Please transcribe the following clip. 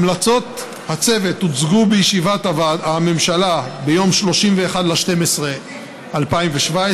המלצות הצוות הוצגו בישיבת הממשלה ביום 31 בדצמבר 2017,